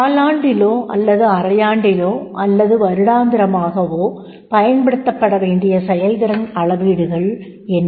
காலாண்டிலோ அல்லது அரையாண்டிலோ அல்லது வருடாந்திரமாகவோ பயன்படுத்தப்பட வேண்டிய செயல்திறன் அளவீடுகள் என்ன